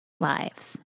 lives